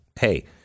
hey